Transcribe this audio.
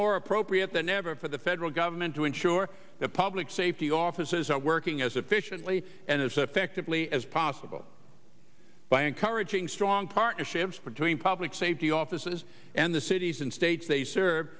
more appropriate than ever for the federal government to ensure that public safety offices are working as efficiently and as effectively as possible by encouraging strong partnerships between public safety offices and the cities and states they serve